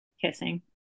kissing